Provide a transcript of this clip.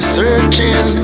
searching